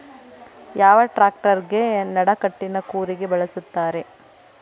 ಯಾವ ಟ್ರ್ಯಾಕ್ಟರಗೆ ನಡಕಟ್ಟಿನ ಕೂರಿಗೆ ಬಳಸುತ್ತಾರೆ?